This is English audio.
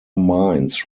mines